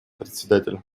председатель